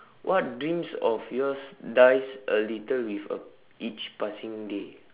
what dreams of yours dies a little with uh each passing day